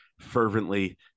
fervently